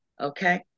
Okay